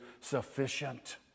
sufficient